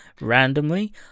randomly